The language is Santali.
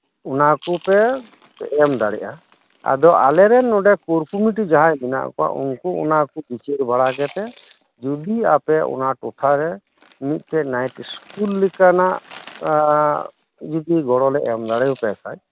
ᱚᱱᱟᱠᱚᱯᱮ ᱮᱢᱫᱟᱲᱮᱭᱟᱜᱼᱟ ᱟᱫᱚ ᱟᱞᱮᱨᱮᱱ ᱱᱚᱰᱮ ᱠᱚᱨᱠᱚᱢᱤᱴᱤ ᱡᱟᱦᱟᱸᱭ ᱢᱮᱱᱟᱜ ᱠᱚᱣᱟ ᱩᱱᱠᱩ ᱚᱱᱟᱠᱩ ᱵᱤᱪᱟᱹᱨ ᱵᱟᱲᱟ ᱠᱟᱛᱮ ᱡᱚᱫᱤ ᱚᱱᱟ ᱟᱯᱮ ᱴᱚᱴᱷᱟᱨᱮ ᱢᱤᱫᱴᱮᱡ ᱱᱟᱭᱤᱴ ᱤᱥᱠᱩᱞ ᱞᱮᱠᱟᱱᱟᱜ ᱡᱚᱫᱤ ᱜᱚᱲᱚᱞᱮ ᱮᱢᱫᱟᱲᱮᱭᱟᱯᱮ ᱠᱷᱟᱡ